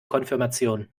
konfirmation